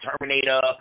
Terminator